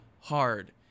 hard